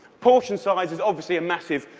portion size is obviously a massive,